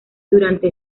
durante